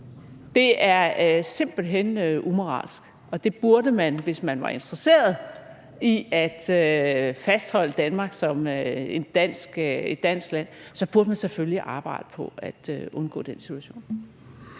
Det er simpelt hen umoralsk, og man burde, hvis man var interesseret i at fastholde Danmark som et dansk land, selvfølgelig arbejde på at undgå den situation.